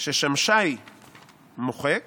ששמשי מוחק